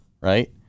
right